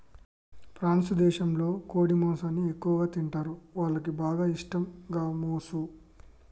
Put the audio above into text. France దేశంలో కోడి మాంసాన్ని ఎక్కువగా తింటరు, వాళ్లకి బాగా ఇష్టం గామోసు